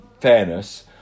fairness